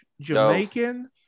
Jamaican